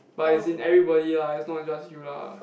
but it's in everybody lah it's not just you lah